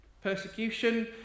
persecution